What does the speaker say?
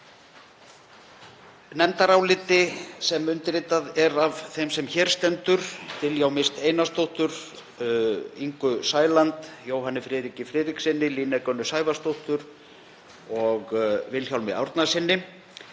nefndaráliti, sem undirritað er af þeim sem hér stendur, Diljá Mist Einarsdóttur, Ingu Sæland, Jóhanni Friðriki Friðrikssyni, Líneik Önnu Sævarsdóttur og Vilhjálmi Árnasyni,